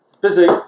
Busy